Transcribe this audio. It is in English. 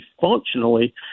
functionally